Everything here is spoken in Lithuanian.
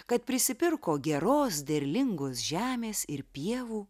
kad prisipirko geros derlingos žemės ir pievų